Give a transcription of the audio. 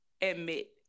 admit